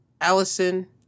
Allison